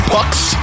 Bucks